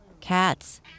Cats